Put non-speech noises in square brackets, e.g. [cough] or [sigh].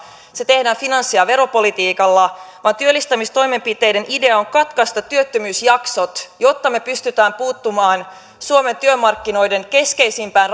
se tehdään finanssi ja veropolitiikalla vaan työllistämistoimenpiteiden idea on katkaista työttömyysjaksot jotta me pystymme puuttumaan suomen työmarkkinoiden keskeisimpään [unintelligible]